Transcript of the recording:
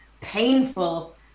painful